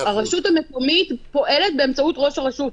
הרשות המקומית פועלת באמצעות ראש הרשות.